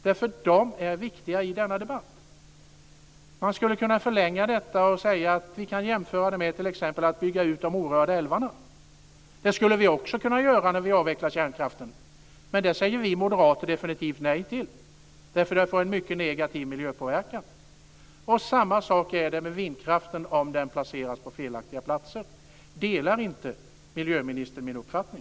De är viktiga i denna debatt. Man skulle kunna förlänga detta och säga att vi kan jämföra med att t.ex. bygga ut de orörda älvarna. Det skulle vi också kunna göra när vi avvecklar kärnkraften. Men det säger vi moderater definitivt nej till därför att det får en mycket negativ miljöpåverkan. Samma sak gäller vindkraften om den placeras på felaktiga platser. Delar inte miljöministern min uppfattning?